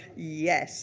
yes,